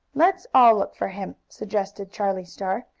let's all look for him, suggested charlie star.